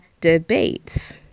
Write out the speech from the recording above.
debates